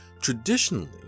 traditionally